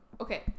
Okay